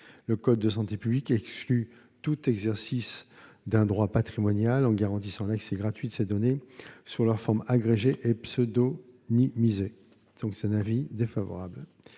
Le code de la santé publique exclut tout exercice d'un droit patrimonial en garantissant l'accès gratuit à ces données sous leur forme agrégée et pseudonymisée. La commission est donc défavorable